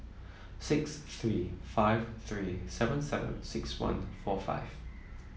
six three five three seven seven six one four five